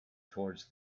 towards